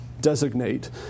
designate